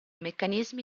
meccanismi